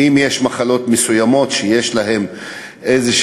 אם יש מחלות מסוימות שיש להן איזשהו